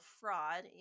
fraud